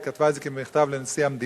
היא כתבה את זה כמכתב לנשיא המדינה,